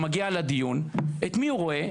מגיע לדיון ואת מי הוא רואה?